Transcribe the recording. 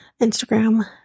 Instagram